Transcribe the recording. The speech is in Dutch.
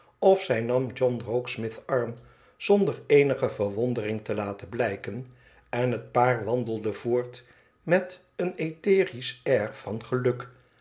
of zij nam john rokesmith's arm zonder eenige verwondering te laten blijken en het paar wandelde voort met een etherisch air van geluk